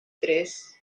tres